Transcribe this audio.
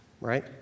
right